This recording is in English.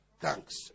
thanks